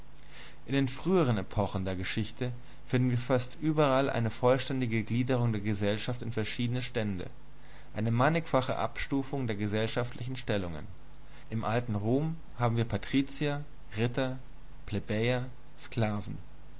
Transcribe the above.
in den früheren epochen der geschichte finden wir fast überall eine vollständige gliederung der gesellschaft in verschiedene stände eine mannigfaltige abstufung der gesellschaftlichen stellungen im alten rom haben wir patrizier ritter plebejer sklaven